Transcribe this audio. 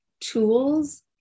tools